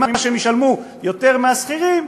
ממה שהם ישלמו יותר מהשכירים,